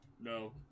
No